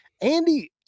Andy